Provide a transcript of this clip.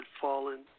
fallen